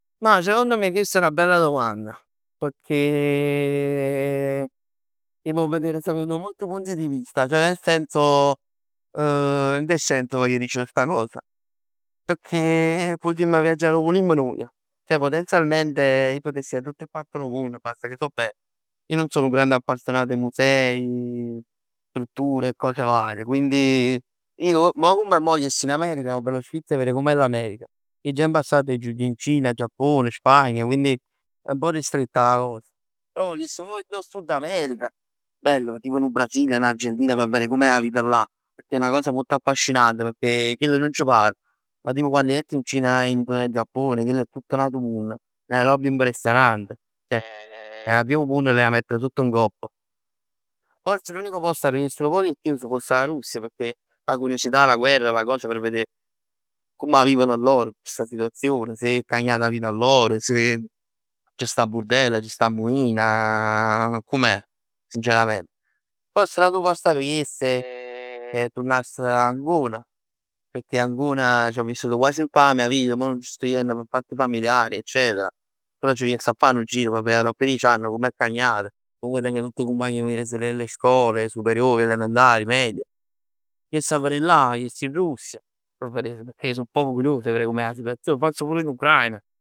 Ma secondo me chest è 'na bella domanda. Pecchè si può vedere secondo molti punti di vista. Cioè nel senso. In che senso vogl dicere sta cosa. Pecchè putimm viaggià arò putimm nuje. Ceh potenzialmente ij putess ji 'a tutt 'e part d' 'o munn, basta che so belle. Ij nun so nu grande appassionat 'e musei, strutture e cose varie, quindi. Ij maje comm 'e mo jess in America, ma p' nu sfizio 'e verè comm è l'America. Ij già in passatto aggio jut in Cina, Giappone, Spagna. Quindi è un pò ristretta 'a cosa. Però jess proprio in Sud America. Bello tipo nu Brasile, n'Argentina, p' verè comm è 'a vita là. Pecchè è 'na cosa molto affascinante, pecchè chell nun c' pare. Ma tipo quann jett in Cina e in Giappone, chell è tutt n'atu munn. 'Na roba impressionante. 'E 'a piiglià 'o munn e l'e 'a mettere sott e ngopp. Forse l'unico posto arò jess nu poc 'e chiù foss 'a Russia pecchè, p' 'a curiosità, 'a guerra, 'a cosa, p' verè comm 'a vivono loro sta situazione. Se è cagnata 'a vita loro, se ci sta burdell, se ci sta ammuina, comm'è sincerament. Forse n'atu post addo jess è, turnass 'a Ancona pecchè Ancona c'ho vissuto quasi tutta la mia vita e mo nun c' sto jenn p' fatti familiari, eccetera. Però c' jess a fa nu gir p' verè aropp diec anni comm è cagnat. O comunque teng tutt 'e cumpagn meje d' 'e scole, 'e superiori, elementari, medie. Jess 'a verè là, jess in Russia. P' verè, pecchè so proprio curioso 'e verè comm è 'a situazion. Forse pur in Ucraina.